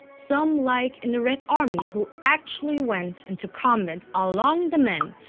some like in the red army who actually went into combat along the men,